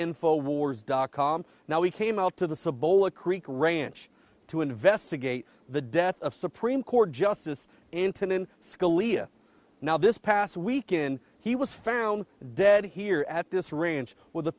info wars dot com now we came out to the suborned creek ranch to investigate the death of supreme court justice antonin scalia now this past weekend he was found dead here at this ranch with